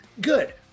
Good